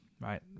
right